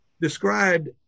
described